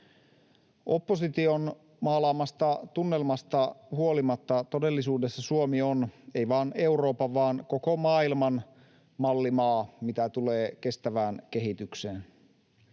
Opposition maalaamasta tunnelmasta huolimatta todellisuudessa Suomi on ei vain Euroopan vaan koko maailman mallimaa, mitä tulee kestävään kehitykseen,